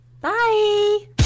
Bye